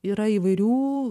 yra įvairių